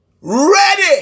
ready